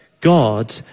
God